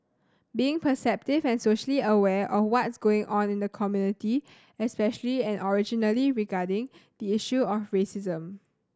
being perceptive and socially aware of what's going on in the community especially and originally regarding the issue of racism